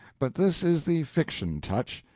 but this is the fiction touch.